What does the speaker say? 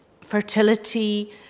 fertility